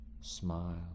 smile